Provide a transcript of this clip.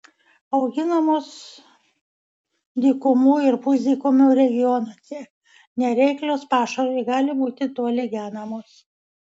auginamos dykumų ir pusdykumių regionuose nereiklios pašarui gali būti toli genamos